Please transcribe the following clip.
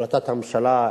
החלטת הממשלה,